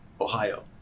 Ohio